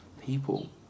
people